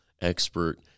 expert